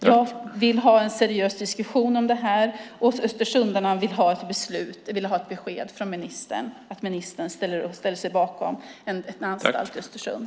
Jag vill ha en seriös diskussion om det här, och östersundarna vill ha ett besked från ministern om att hon ställer sig bakom en anstalt i Östersund.